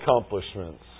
accomplishments